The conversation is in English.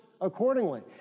accordingly